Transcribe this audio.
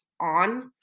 on